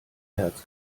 herz